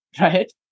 Right